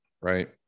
right